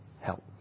help